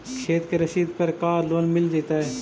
खेत के रसिद पर का लोन मिल जइतै?